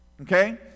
Okay